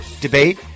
debate